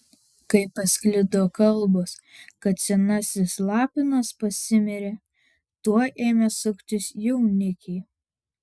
kai pasklido kalbos kad senasis lapinas pasimirė tuoj ėmė suktis jaunikiai